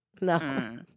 No